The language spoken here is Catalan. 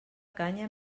canya